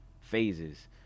phases